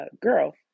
girl